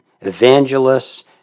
evangelists